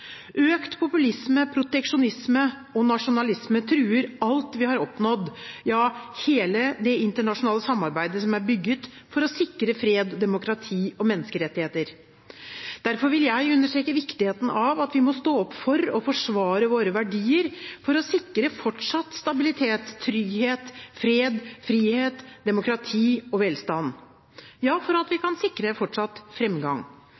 Økt populisme, proteksjonisme og nasjonalisme truer alt vi har oppnådd – ja, hele det internasjonale samarbeidet som er bygd for å sikre fred, demokrati og menneskerettigheter. Derfor vil jeg understreke viktigheten av at vi må stå opp for og forsvare våre verdier for å sikre fortsatt stabilitet, trygghet, fred, frihet, demokrati og velstand – ja, for at vi